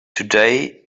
today